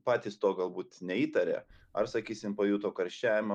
patys to galbūt neįtaria ar sakysim pajuto karščiavimą